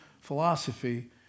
philosophy